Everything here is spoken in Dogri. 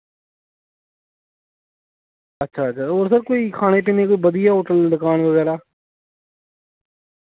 अच्छा अच्छा और सर कोई खाने पीने कोई बधिया होटल दुकान वगैरा